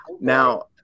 Now